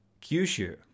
Kyushu